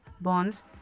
Bonds